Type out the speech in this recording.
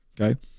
okay